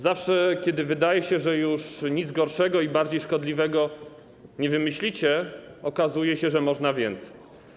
Zawsze, kiedy wydaje się, że już nic gorszego i bardziej szkodliwego nie wymyślicie, okazuje się, że można więcej.